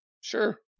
Sure